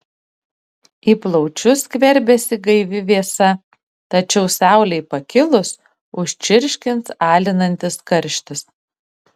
į plaučius skverbiasi gaivi vėsa tačiau saulei pakilus užčirškins alinantis karštis